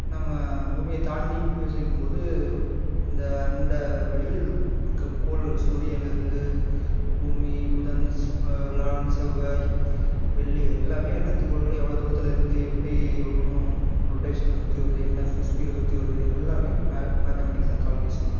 நம்ம பூமியை தாண்டி யோசிக்கும்போது அந்த அண்ட வெளியில் நமக்கு கோள்கள் சூரியன்லேருந்து பூமி புதன் வியாழன் செவ்வாய் வெள்ளி எல்லாமே அனைத்து கோள்களும் எவ்வளோ தூரத்தில் இருக்குது எப்படி ஒன்னொன்னும் ரொட்டேஷனில் சுற்றி வருது என்ன ஸ் ஸ்பீடில் சுற்றி வருது எல்லாமே மே மேத்தமெட்டிக்ஸ் தான் கால்குலேஷன் தான்